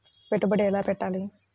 పెట్టుబడి ఎలా పెట్టాలి?